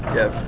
Yes